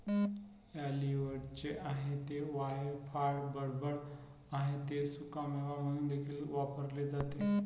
ऑलिव्हचे आहे ते वायफळ बडबड आहे ते सुकामेवा म्हणून देखील वापरले जाते